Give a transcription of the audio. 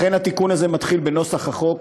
לכן התיקון הזה מתחיל בנוסח החוק,